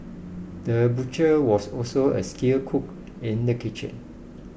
the butcher was also a skilled cook in the kitchen